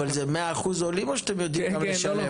אבל זה 100% עולים או שאתם רוצים גם לשלב?